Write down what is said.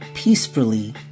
peacefully